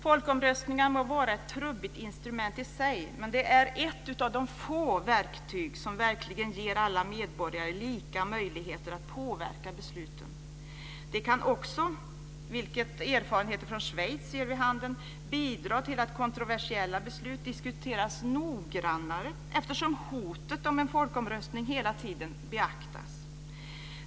Folkomröstningar må vara ett trubbigt instrument i sig, men de är ett av få verktyg som verkligen ger alla medborgare lika möjligheter att påverka besluten. De kan också, vilket erfarenheter från Schweiz ger vid handen, bidra till att kontroversiella beslut diskuteras noggrannare eftersom hotet om en folkomröstning hela tiden beaktas.